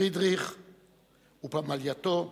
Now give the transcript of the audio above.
פרידריך ופמלייתו,